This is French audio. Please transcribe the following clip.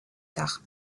tard